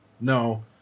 no